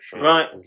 Right